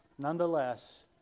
Nonetheless